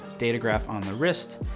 datograph on the wrist.